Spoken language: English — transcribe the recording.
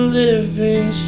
living